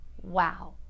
wow